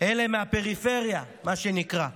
אלה מהפריפריה, מה שנקרא.